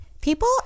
People